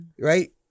right